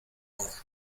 hora